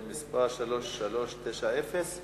של חברי הכנסת שלמה מולה